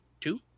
two